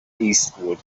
eastward